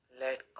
let